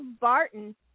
Barton